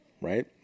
Right